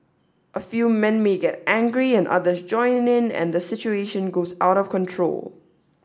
a few men may get angry and others join in and the situation goes out of control